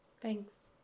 Thanks